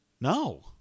No